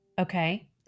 Okay